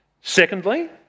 Secondly